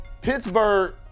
Pittsburgh